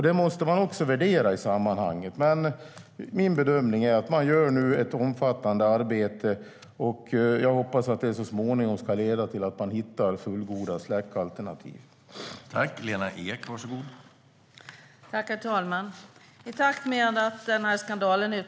Det måste också värderas i sammanhanget.